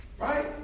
Right